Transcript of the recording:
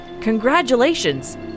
Congratulations